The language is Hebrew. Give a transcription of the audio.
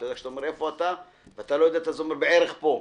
כששואלים איפה אתה וכאשר אתה לא יודע אתה אומר "בערך פה".